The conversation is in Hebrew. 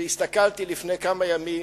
הסתכלתי לפני כמה ימים,